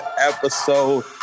episode